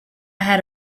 had